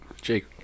Jake